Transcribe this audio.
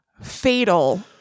fatal